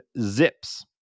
zips